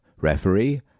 Referee